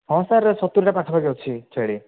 ହଁ ସାର୍ ସତୁରିଟା ପାଖାପାଖି ଅଛି ଛେଳି